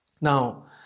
Now